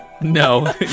No